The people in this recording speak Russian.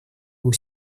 был